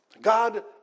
God